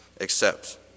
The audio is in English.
accept